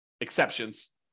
exceptions